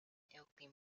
ilkley